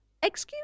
Excuse